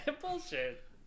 Bullshit